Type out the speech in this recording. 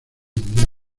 indiana